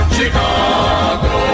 Chicago